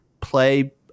play